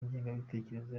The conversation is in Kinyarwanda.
ingengabitekerezo